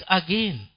again